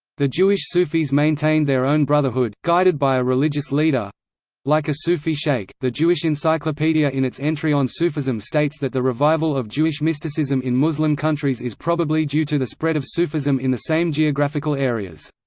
the jewish sufis maintained their own brotherhood, guided by a religious leader like a sufi sheikh the jewish encyclopedia in its entry on sufism states that the revival of jewish mysticism in muslim countries is probably due to the spread of sufism in the same geographical areas.